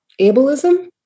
ableism